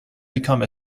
become